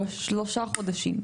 אלא שלושה חודשים.